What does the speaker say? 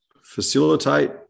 facilitate